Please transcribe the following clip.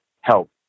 help